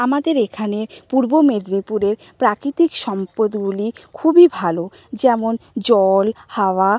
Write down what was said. আমাদের এখানে পূর্ব মেদিনীপুরে প্রাকৃতিক সম্পদগুলি খুবই ভালো যেমন জল হাওয়া